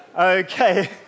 Okay